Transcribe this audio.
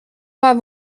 pas